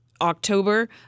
October